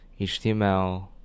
HTML